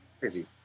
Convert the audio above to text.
crazy